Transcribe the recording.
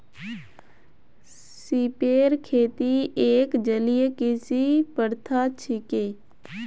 सिपेर खेती एक जलीय कृषि प्रथा छिके